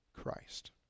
Christ